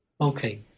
Okay